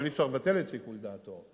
אבל אי-אפשר לבטל את שיקול דעתו.